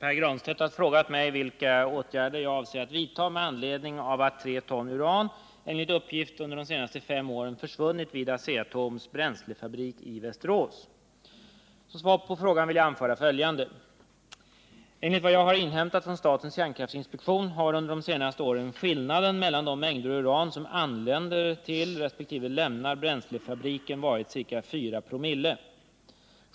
Pär Granstedt har frågat mig vilka åtgärder jag avser att vidtaga med anledning av att 3 ton uran, enligt uppgift, under de senaste fem åren försvunnit vid Asea-Atoms bränslefabrik i Västerås. Som svar på frågan vill jag anföra följande. Enligt vad jag inhämtat från statens kärnkraftinspektion har under de senaste åren skillnaden mellan de mängder uran som anländer till resp. lämnar bränslefabriken varit ca 49/00.